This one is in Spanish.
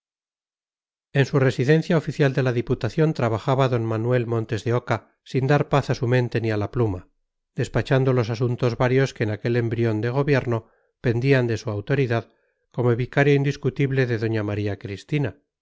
en su residencia oficial de la diputación trabajaba d manuel montes de oca sin dar paz a su mente ni a la pluma despachando los asuntos varios que en aquel embrión de gobierno pendían de su autoridad como vicario indiscutible de doña maría cristina